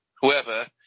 Whoever